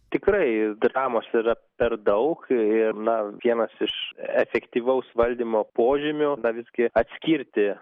tikrai dinamos yra per daug ir ne vienas iš efektyvaus valdymo požymių na visgi atskirti